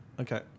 Okay